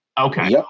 Okay